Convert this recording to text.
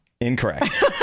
Incorrect